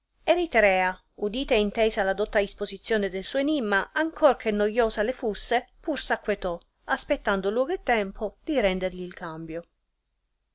eritrea udita e intesa la dotta isposizione del suo enimma ancor che noiosa le fusse pur s acquetò aspettando luogo e tempo di rendergli il cambio